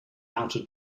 outer